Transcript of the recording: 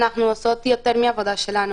אנחנו עושות יותר מהעבודה שלנו,